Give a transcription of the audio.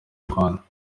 rwanda